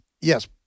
Yes